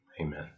Amen